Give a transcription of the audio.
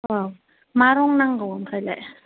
अ मा रं नांगौ ओमफ्रायलाय